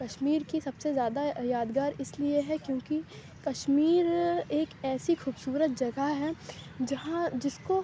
کشمیر کی سب سے زیادہ یادگار اِس لیے ہے کیوںکہ کشمیر ایک ایسی خوبصورت جگہ ہے جہاں جس کو